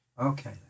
Okay